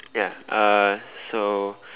ya uh so